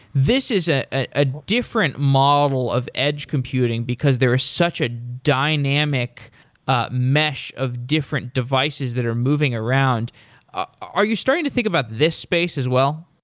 this is ah a different model of edge computing because there is such a dynamic ah mesh of different devices that are moving around are you starting to think about this space as well?